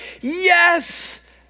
yes